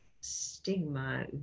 stigma